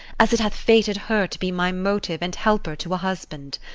as it hath fated her to be my motive and helper to a husband.